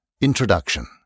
INTRODUCTION